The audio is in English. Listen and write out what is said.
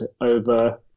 over